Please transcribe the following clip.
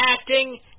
acting